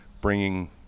bringing